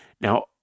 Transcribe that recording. Now